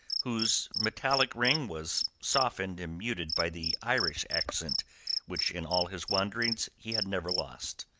whose metallic ring was softened and muted by the irish accent which in all his wanderings he had never lost.